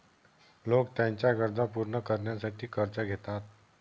लोक त्यांच्या गरजा पूर्ण करण्यासाठी कर्ज घेतात